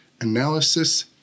analysis